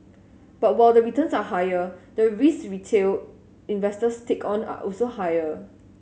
but while the returns are higher the risks retail investors take on are also higher